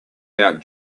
out